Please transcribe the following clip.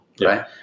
right